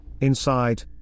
Inside